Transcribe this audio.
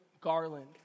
garland